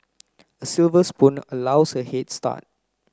a silver spoon allows a head start